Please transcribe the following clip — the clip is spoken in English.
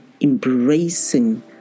embracing